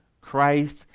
Christ